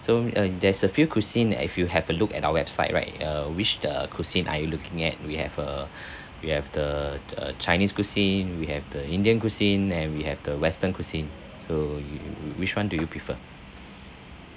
so uh there's a few cuisine that if you have a look at our website right uh which the cuisine are you looking at we have a we have the uh chinese cuisine we have the indian cuisine and we have the western cuisine so you w~ w~ which one do you prefer